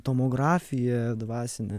tomografija dvasinė